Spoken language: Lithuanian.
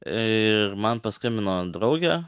ir man paskambino draugė